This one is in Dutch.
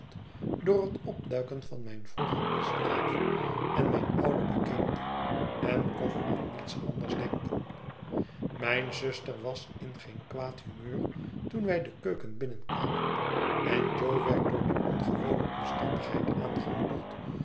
door het opduiken van mijn vroeger misdrijf en mijn ouden bekende en kon aan niets anders denken mijne zuster was in geen kwaad humeur toen wij de keuken binnenkwamen en jo werd door die ongewone omstandigheid aangemoedigd